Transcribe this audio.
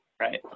right